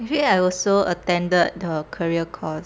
actually I also attended the career course